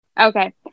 okay